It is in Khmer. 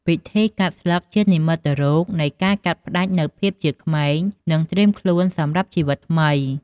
ពិធីកាត់ស្លឹក ជានិមិត្តរូបនៃការកាត់ផ្តាច់នូវភាពជាក្មេង និងត្រៀមខ្លួនសម្រាប់ជីវិតថ្មី។